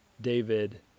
David